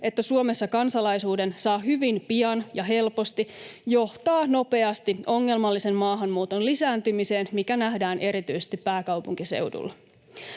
että Suomessa kansalaisuuden saa hyvin pian ja helposti, johtaa nopeasti ongelmallisen maahanmuuton lisääntymiseen, mikä nähdään erityisesti pääkaupunkiseudulla.